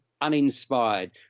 uninspired